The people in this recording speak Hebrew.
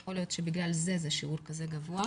יכול להיות שבגלל זה מדובר בשיעור כזה גבוה.